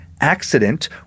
accident